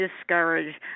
discouraged